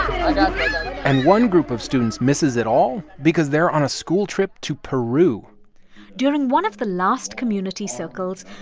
um and one group of students misses it all because they're on a school trip to peru during one of the last community circles,